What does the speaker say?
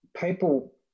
people